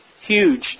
huge